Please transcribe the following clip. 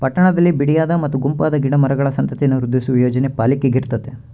ಪಟ್ಟಣದಲ್ಲಿ ಬಿಡಿಯಾದ ಮತ್ತು ಗುಂಪಾದ ಗಿಡ ಮರಗಳ ಸಂತತಿಯನ್ನು ವೃದ್ಧಿಸುವ ಯೋಜನೆ ಪಾಲಿಕೆಗಿರ್ತತೆ